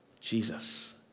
Jesus